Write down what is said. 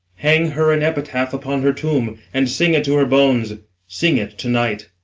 hang her an epitaph upon her tomb, and sing it to her bones sing it to-night.